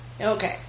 Okay